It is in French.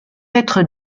être